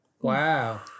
Wow